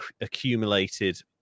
accumulated